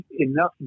enough